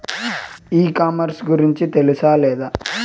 ఈ కామర్స్ గురించి తెలుసా లేదా?